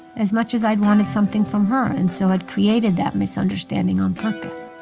as much as i'd wanted something from her, and so i'd created that misunderstanding on purpose.